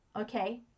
okay